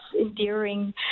endearing